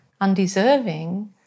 undeserving